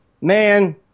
man